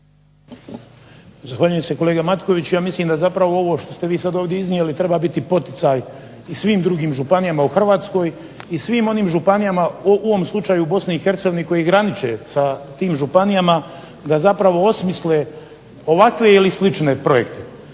Zahvaljujem se kolega Matkoviću. Ja mislim da zapravo ovo što ste vi sad ovdje iznijeli treba biti poticaj i svim drugim županijama u Hrvatskoj i svim onim županijama u ovom slučaju Bosni i Hercegovini koji graniče sa tim županijama, da zapravo osmisle ovakve ili slične projekte.